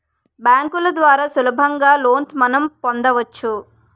బ్యాంకుల ద్వారా సులభంగా లోన్స్ మనం పొందవచ్చు